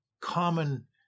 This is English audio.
common